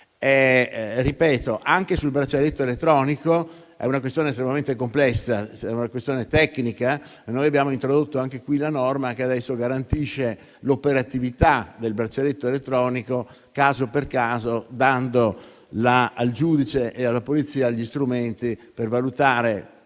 Quella sul braccialetto elettronico è una questione estremamente complessa e tecnica. Noi abbiamo introdotto la norma che adesso garantisce l'operatività del braccialetto elettronico caso per caso, dando al giudice e alla polizia gli strumenti per valutare,